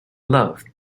love